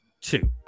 two